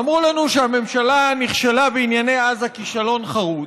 אמרו לנו שהממשלה נכשלה בענייני עזה כישלון חרוץ,